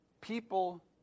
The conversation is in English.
people